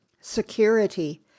security